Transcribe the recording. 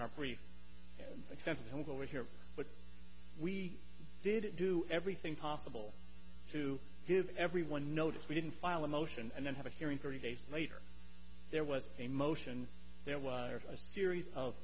our pre expensive homes over here but we didn't do everything possible to give everyone notice we didn't file a motion and then have a hearing thirty days later there was a motion there was a series of